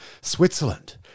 Switzerland